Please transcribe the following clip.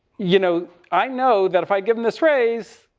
you know, i know that if i give them this raise,